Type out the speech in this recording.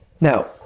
Now